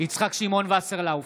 יצחק שמעון וסרלאוף,